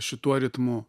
šituo ritmu